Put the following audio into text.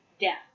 death